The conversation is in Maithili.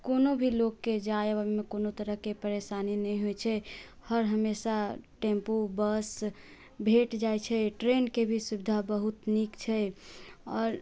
कोनो भी लोककेँ जाय आबैमे कोनो तरहके परेशानी नहि होइत छै हर हमेशा टेंपू बस भेट जाइत छै ट्रेनके भी सुविधा बहुत नीक छै आओर